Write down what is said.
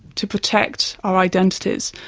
to protect our identities.